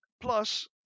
Plus